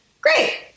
Great